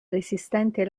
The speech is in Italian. resistente